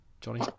Johnny